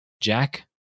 jack